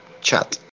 chat